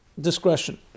discretion